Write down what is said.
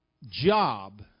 Job